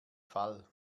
fall